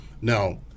Now